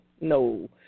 No